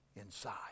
inside